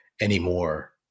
anymore